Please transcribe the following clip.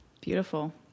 Beautiful